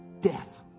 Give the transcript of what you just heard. death